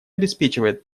обеспечивает